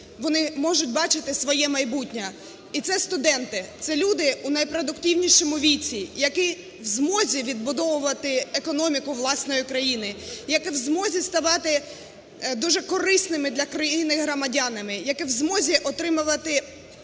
вони можуть бачити своє майбутнє. І це студенти, це люди у найпродуктивнішому віці, які в змозі відбудовувати економіку власної країни, які в змозі ставати дуже корисними для країни громадянами, які в змозі отримувати